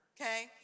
okay